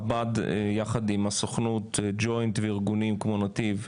חב"ד יחד עם הסוכנות ג'וינט וארגונים כמו נתיב,